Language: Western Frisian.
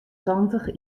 santich